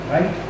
Right